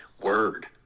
word